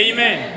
Amen